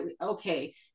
okay